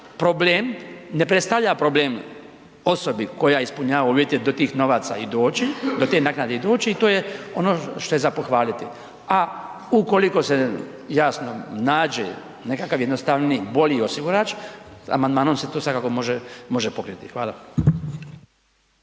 problem, ne predstavlja problem osobi koja ispunjava uvjete do tih novaca i doći, do te naknade i doći i to je ono što je za pohvaliti. A ukoliko se jasno nađe nekakav jednostavniji, bolji osigurač, amandmanom se to svakako može pokriti. Hvala.